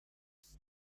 six